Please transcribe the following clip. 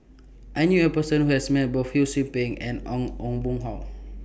I knew A Person Who has Met Both Ho SOU Ping and on Ong Boon Hau